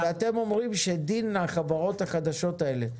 ואתם אומרים שדין החברות החדשות האלה,